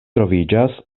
troviĝas